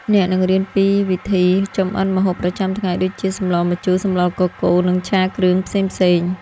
អ្នកនឹងរៀនពីវិធីចម្អិនម្ហូបប្រចាំថ្ងៃ ដូចជា សម្លម្ជូរ សម្លកកូរ និងឆាគ្រឿងផ្សេងៗ។